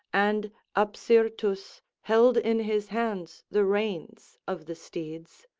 and apsyrtus held in his hands the reins of the steeds.